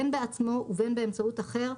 בין בעצמו ובין באמצעות אחר,